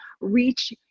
reach